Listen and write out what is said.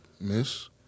Miss